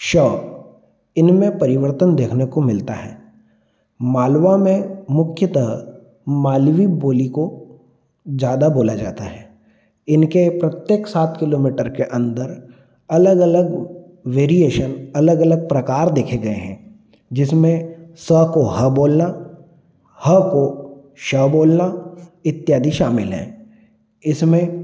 श इनमें परिवर्तन देखने को मिलता है मालवा में मुख्यतः मालवी बोली को ज़्यादा बोला जाता है इनके प्रत्येक सात किलोमीटर के अंदर अलग अलग वेरीएशन अलग अलग प्रकार देखे गए हैं जिसमें स को ह बोलना ह को श बोलना इत्यादि शामिल हैं इसमें